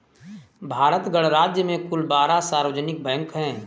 भारत गणराज्य में कुल बारह सार्वजनिक बैंक हैं